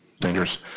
dangerous